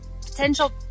potential